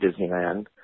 Disneyland